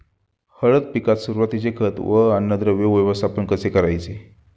हळद पिकात सुरुवातीचे खत व अन्नद्रव्य व्यवस्थापन कसे करायचे?